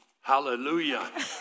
hallelujah